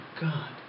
God